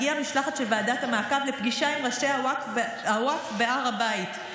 הגיעה משלחת של ועדת המעקב לפגישה עם ראשי הווקף בהר הבית.